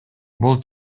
бул